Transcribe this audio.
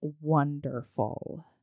wonderful